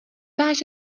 váš